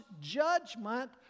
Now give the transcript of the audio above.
judgment